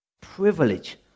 Privilege